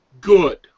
good